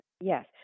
Yes